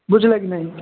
ବୁଝିଲ କିି ନାଇଁ